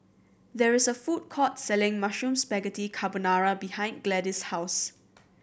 there is a food court selling Mushroom Spaghetti Carbonara behind Gladis' house